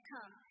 Come